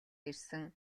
ирсэн